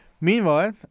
Meanwhile